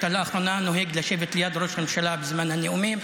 אתה לאחרונה נוהג לשבת ליד ראש הממשלה בזמן הנאומים,